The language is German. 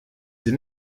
sie